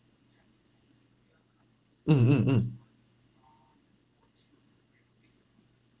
mm mm mm